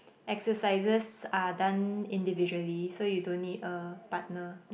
exercises are done individually so you don't need a partner